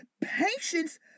Patience